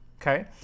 Okay